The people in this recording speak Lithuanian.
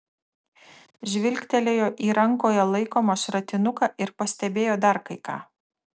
žvilgtelėjo į rankoje laikomą šratinuką ir pastebėjo dar kai ką